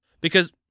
because-